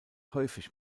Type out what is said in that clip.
häufig